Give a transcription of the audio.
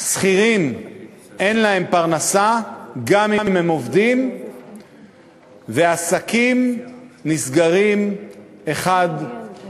שכירים אין להם פרנסה גם אם הם עובדים ועסקים נסגרים אחד-אחד.